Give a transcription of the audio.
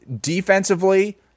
Defensively